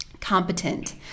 competent